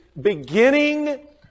beginning